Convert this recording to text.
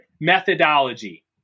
methodology